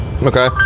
Okay